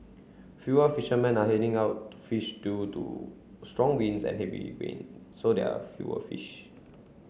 fewer fishermen are heading out to fish due to strong winds and heavy rain so there are fewer fish